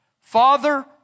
Father